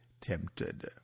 tempted